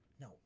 No